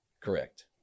correct